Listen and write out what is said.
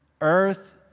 earth